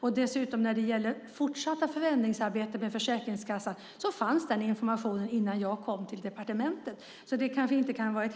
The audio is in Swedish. När det gäller det fortsatta förändringsarbetet med Försäkringskassan fanns den informationen innan jag kom till departementet. Så det kan kanske inte vara